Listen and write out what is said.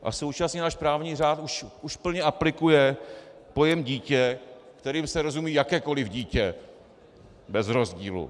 A současně náš právní řád už plně aplikuje pojem dítě, kterým se rozumí jakékoliv dítě bez rozdílu.